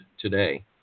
today